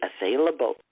available